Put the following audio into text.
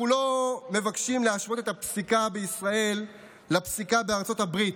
אנחנו לא מבקשים להשוות את הפסיקה בישראל לפסיקה בארצות הברית,